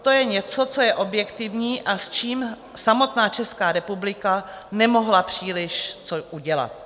To je něco, co je objektivní a s čím samotná Česká republika nemohla příliš co udělat.